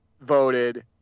voted